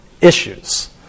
issues